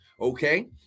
okay